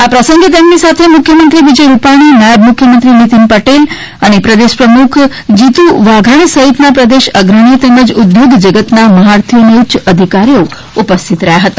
આ પ્રસંગે તેમની સાથે મુખ્યમંત્રી વિજય રૂપાણી નાયબ મુખ્યમંત્રી નીતિન પટેલ અને પ્રદેશપ્રમુખ જીતુ વાઘાણી સહિતના પ્રદેશ અગ્રણીઓ તેમજ ઉદ્યોગજગતના મહારથીઓ અને ઉચ્યઅધિકારીઓ ખાસ ઉપસ્થિત રહ્યા હતા